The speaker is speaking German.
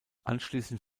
anschließend